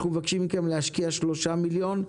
אנחנו מבקשים מכם להשקיע 3 מיליון שקלים,